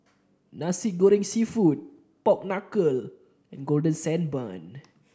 Nasi Goreng seafood Pork Knuckle and Golden Sand Bun